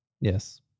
yes